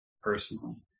Personally